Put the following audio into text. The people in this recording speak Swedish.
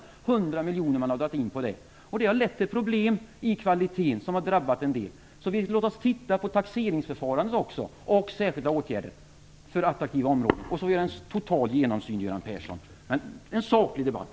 100 miljoner har man dragit in på det. Det har lett till kvalitetsförsämringar, vilket har drabbat en del. Låt oss därför också se över taxeringsförfarandet och särskilda åtgärder för attraktiva områden. Låt oss göra en total genomsyn, Göran Persson, men under saklig debatt.